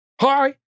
Hi